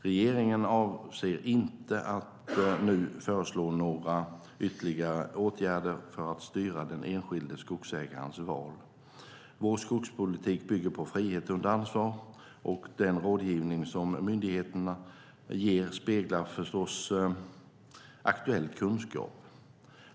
Regeringen avser inte att nu föreslå några ytterligare åtgärder för att styra den enskilde skogsägarens val. Vår skogspolitik bygger på frihet under ansvar, och den rådgivning som myndigheterna ger speglar förstås aktuell kunskap.